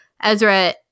Ezra